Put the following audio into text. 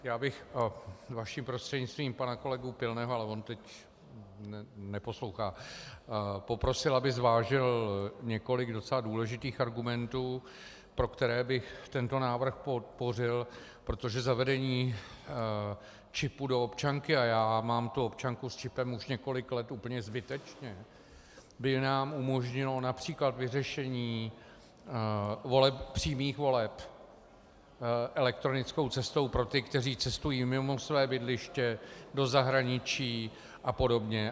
Já bych vaším prostřednictvím pana kolegu Pilného ale on teď neposlouchá poprosil, aby zvážil několik docela důležitých argumentů, pro které bych tento návrh podpořil, protože zavedení čipu do občanky, a já mám tu občanku s čipem už několik let úplně zbytečně, by nám umožnilo např. vyřešení přímých voleb elektronickou cestou pro ty, kteří cestují mimo své bydliště, do zahraničí apod.